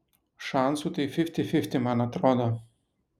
šansų tai fifty fifty man atrodo